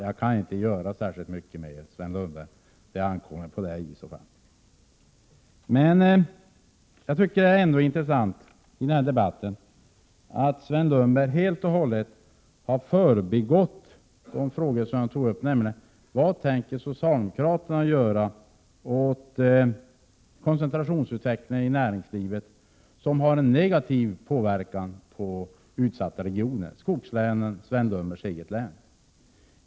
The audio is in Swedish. Jag kan inte göra särskilt mycket mer, det får i så fall ankomma på Sven Lundberg själv. Det är ändå intressant att Sven Lundberg i denna debatt helt har förbigått de frågor som jag tog upp, nämligen vad socialdemokraterna tänker göra åt koncentrationsutvecklingen i näringslivet, som har en negativ inverkan på utsatta regioner, t.ex. skogslänen och Sven Lundbergs eget län.